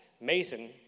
Mason